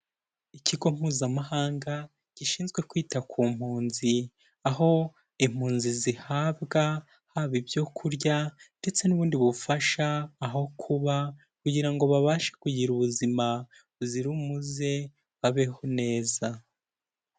Ikigo mpuzamahanga gishinzwe kwita ku mpunzi, aho impunzi zihabwa haba ibyo kurya ndetse n'ubundi bufasha, aho kuba kugira ngo babashe kugira ubuzima buzira umuze babeho neza.